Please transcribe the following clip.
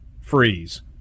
Freeze